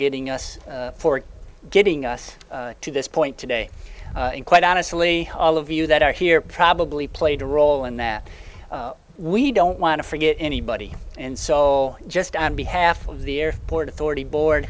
getting us for getting us to this point today in quite honestly all of you that are here probably played a role in that we don't want to forget anybody and so just on behalf of the air port authority board